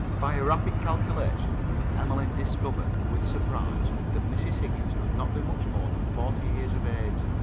by a rapid calculation emmeline discovered with surprise, that mrs. higgins could not be much more than forty years of age.